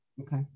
Okay